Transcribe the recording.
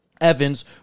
Evans